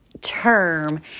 term